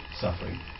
suffering